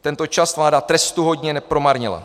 Tento čas vláda trestuhodně promarnila.